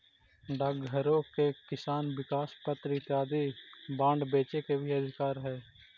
डाकघरो के किसान विकास पत्र इत्यादि बांड बेचे के भी अधिकार हइ